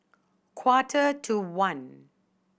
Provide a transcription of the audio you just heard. quarter to one